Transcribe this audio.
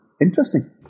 interesting